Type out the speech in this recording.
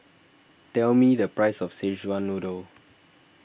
tell me the price of Szechuan Noodle